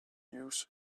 use